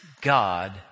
God